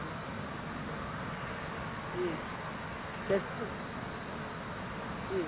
जी जी कैसे जी